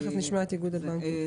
תכף נשמע את איגוד הבנקים.